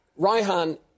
Raihan